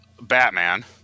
Batman